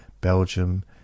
Belgium